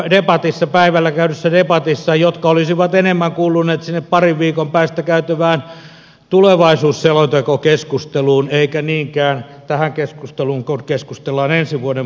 tänäänkin päivällä käydyssä debatissa on paljon asioita jotka olisivat enemmän kuuluneet sinne parin viikon päästä käytävään tulevaisuusselontekokeskusteluun eivätkä niinkään tähän keskusteluun kun keskustellaan ensi vuoden budjetista